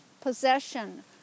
possession